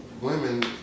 women